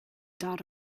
dot